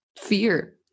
fear